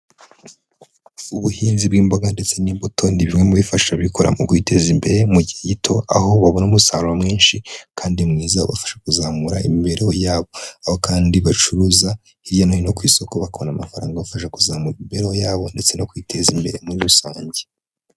Ubuhinzi bw'imboga ndetse n'imbuto ni bimwe mu bifasha ababikora mu kwiteza imbere mu gihe gito, aho babona umusaruro mwinshi kandi mwiza ubafasha kuzamura imibereho yabo. Aho kandi bacuruza hirya no hino ku isoko bakabona amafaranga abafasha kuzamura imibereho yabo ndetse no kwiteza imbere muri rusange.